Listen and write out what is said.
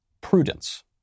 prudence